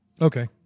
Okay